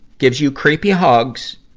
gives you creepy hugs,